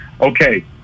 okay